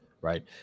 right